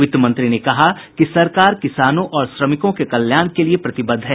वित्तमंत्री ने कहा कि सरकार किसानों और श्रमिकों के कल्याण के लिए प्रतिबद्ध है